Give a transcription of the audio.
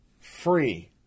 free